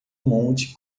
monte